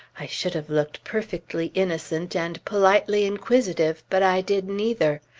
i should have looked perfectly innocent, and politely inquisitive but i did neither.